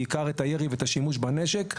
בעיקר את הירי ואת השימוש בנשק,